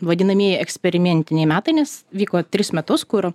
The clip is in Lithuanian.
vadinamieji eksperimentiniai metai nes vyko tris metus kur